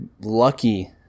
lucky